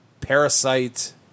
parasite